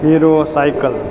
hero cycle